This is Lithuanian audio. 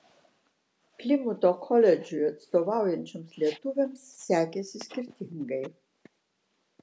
plimuto koledžui atstovaujančioms lietuvėms sekėsi skirtingai